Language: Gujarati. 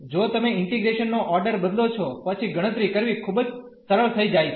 જો તમે ઇન્ટીગ્રેશન નો ઓર્ડર બદલો છો પછી ગણતરી કરવી ખુબ જ સરળ થઈ જાય છે